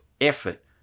effort